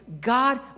God